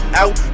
out